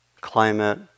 climate